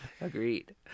Agreed